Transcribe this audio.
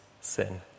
sin